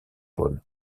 paul